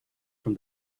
from